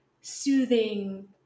soothing